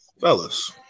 Fellas